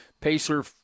Pacer